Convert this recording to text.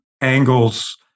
Angles